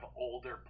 older